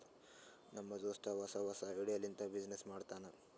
ನಮ್ ದೋಸ್ತ ಹೊಸಾ ಹೊಸಾ ಐಡಿಯಾ ಲಿಂತ ಬಿಸಿನ್ನೆಸ್ ಮಾಡ್ತಾನ್